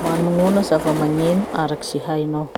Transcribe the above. Manognona zava-magneno araky ze hainao?